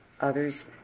others